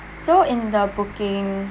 so in the booking